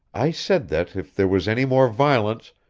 i said that, if there was any more violence,